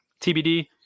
TBD